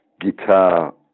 guitar